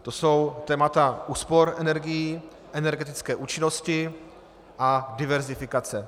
To jsou témata úspor energií, energetické účinnosti a diverzifikace.